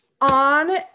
on